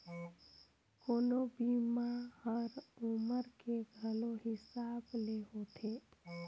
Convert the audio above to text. कोनो बीमा हर उमर के घलो हिसाब ले होथे